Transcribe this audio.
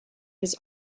his